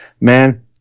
man